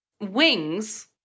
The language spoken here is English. wings